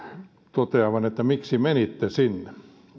toteavan että miksi menitte sinne